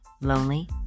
lonely